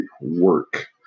work